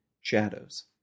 shadows